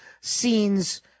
scenes